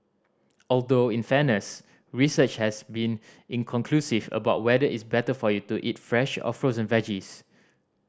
although in fairness research has been inconclusive about whether it's better for you to eat fresh or frozen veggies